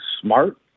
smart